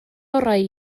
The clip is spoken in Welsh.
orau